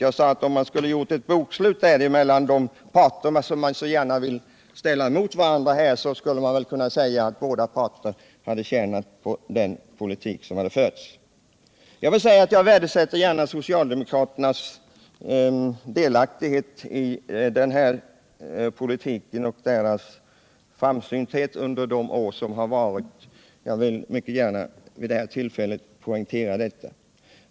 Hade man gjort ett bokslut då, skulle man kunnat säga att den politik som förts varit till gagn för båda parter. Jag värdesätter socialdemokraternas delaktighet i och ansvar för den förda politiken och deras framsynthet under de år som gått. Jag vill ge uttryck härför vid detta tillfälle.